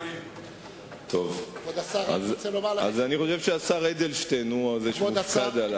אני חושב שהשר אדלשטיין הוא זה שהופקד על,